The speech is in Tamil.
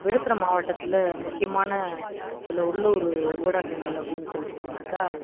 விழுப்புரம் மாவட்டத்தில் முக்கியமான சில உள்ளுர் ஊடகங்கள் அப்படினு சொல்லிடு போனாக்கா